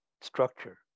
structure